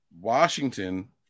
Washington